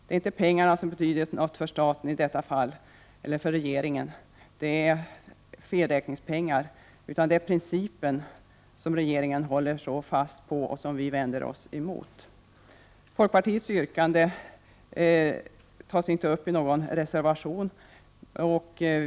Det är inte pengarna som betyder något för staten eller regeringen i detta fall — det handlar om felräkningspengar —, utan det är fråga om principen. Regeringen håller ju så hårt på denna, och det vänder vi oss emot. Folkpartiets yrkande tas inte upp i någon reservation.